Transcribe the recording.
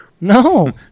No